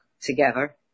together